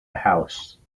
house